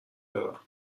دارم